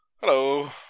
Hello